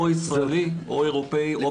או ישראלי או אירופאי או בינלאומי.